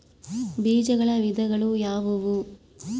ಬೇಜಗಳ ವಿಧಗಳು ಯಾವುವು?